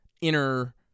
inner